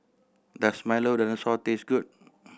does Milo Dinosaur taste good